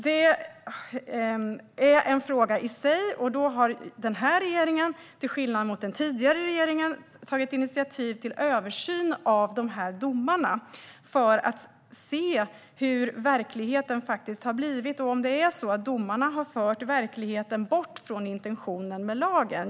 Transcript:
Detta är en fråga i sig, och där har den här regeringen - till skillnad från den tidigare regeringen - tagit initiativ till översyn av de här domarna för att se hur verkligheten har blivit och om det är så att domarna har fört verkligheten bort från intentionen med lagen.